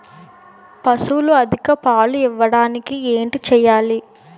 పశువులు అధిక పాలు ఇవ్వడానికి ఏంటి చేయాలి